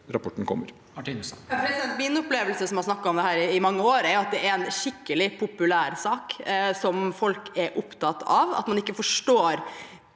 rapporten kommer.